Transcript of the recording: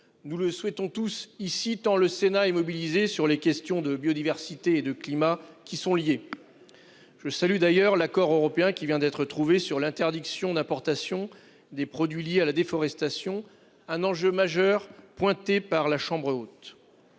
Nous le souhaitons tous ici tant le Sénat est mobilisé sur les questions de biodiversité et de climat qui sont liées. Je salue d'ailleurs l'accord européen qui vient d'être trouvé sur l'interdiction d'importation des produits liés à la déforestation. Un enjeu majeur pointés par la chambre haute.